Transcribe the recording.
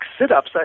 sit-ups